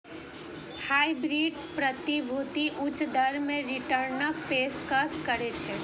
hybrid प्रतिभूति उच्च दर मे रिटर्नक पेशकश करै छै